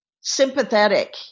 sympathetic